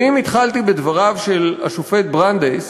ואם התחלתי בדבריו של השופט ברנדייס,